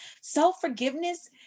self-forgiveness